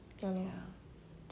ya lor